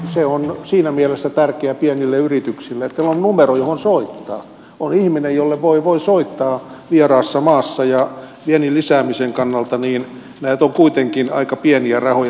se on siinä mielessä tärkeä pienille yrityksille että on numero johon soittaa on ihminen jolle voi soittaa vieraassa massa ja viennin lisäämisen kannalta nämä ovat kuitenkin aika pieniä rahoja